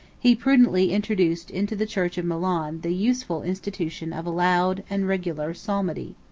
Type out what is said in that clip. he prudently introduced into the church of milan the useful institution of a loud and regular psalmody.